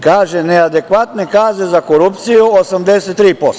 Kaže – neadekvatne kazne za korupciju 83%